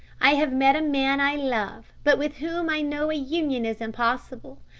i have met a man i love, but with whom i know a union is impossible.